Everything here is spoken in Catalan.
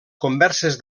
converses